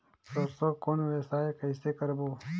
सरसो कौन व्यवसाय कइसे करबो?